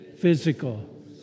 physical